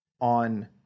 on